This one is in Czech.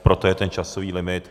Proto je ten časový limit.